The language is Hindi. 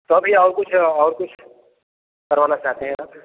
तो भईया और कुछ और कुछ करवाना चाहते हैं आप